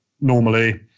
normally